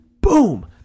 Boom